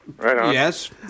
Yes